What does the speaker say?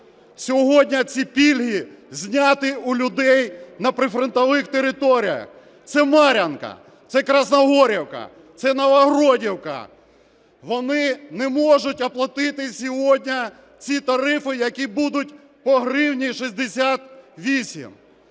Сьогодні ці пільги зняті у людей на прифронтових територіях. Це Мар'янка, це Красногорівка, це Новогродівка, вони не можуть оплатити сьогодні ці тарифи, які будуть по 1 гривні 68.